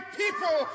people